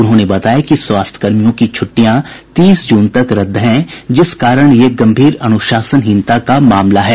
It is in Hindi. उन्होंने बताया कि स्वास्थ्यकर्मियों की छुट्टियां तीस जून तक रद्द है जिस कारण ये गंभीर अनुशासनहीनता का मामला है